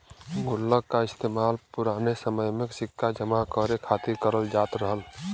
गुल्लक का इस्तेमाल पुराने समय में सिक्का जमा करे खातिर करल जात रहल